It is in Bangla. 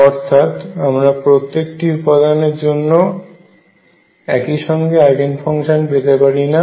অর্থাৎ আমরা প্রত্যেকটি উপাদান অক্ষের জন্য একইসঙ্গে আইগেন ফাংশন পেতে পারি না